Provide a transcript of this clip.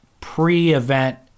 pre-event